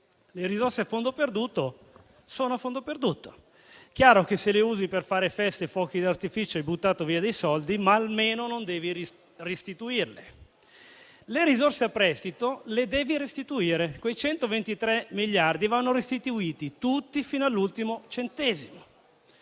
Le risorse a fondo perduto sono, appunto, a fondo perduto: è chiaro che se le usi per fare feste e fuochi d'artificio hai buttato via dei soldi, ma almeno non devi restituirle. Le risorse a prestito le devi restituire: quei 123 miliardi vanno restituiti tutti fino all'ultimo centesimo,